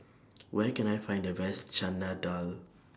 Where Can I Find The Best Chana Dal